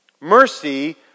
Mercy